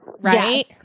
right